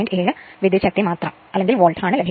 7 വിദ്യുച്ഛക്തിമാത്ര ആണ് നമുക്ക് ലഭിക്കുക